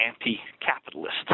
anti-capitalist